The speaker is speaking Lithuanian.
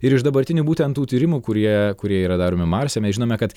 ir iš dabartinių būtent tų tyrimų kurie kurie yra daromi marse mes žinome kad